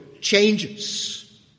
changes